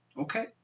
Okay